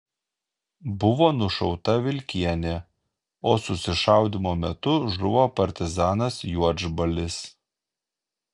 buvo nušauta vilkienė o susišaudymo metu žuvo partizanas juodžbalis